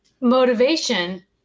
motivation